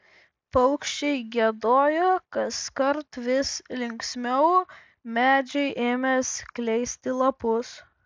paukščiai giedojo kaskart vis linksmiau medžiai ėmė skleisti lapus